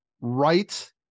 right